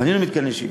בנינו מתקני שהייה.